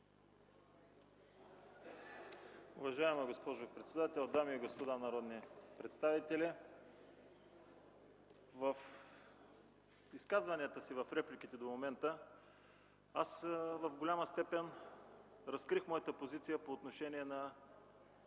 Уважаема госпожо председател, дами и господа народни представители! В изказванията и в репликите си до момента до голяма степен разкрих моята позиция по отношение на